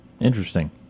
Interesting